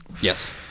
yes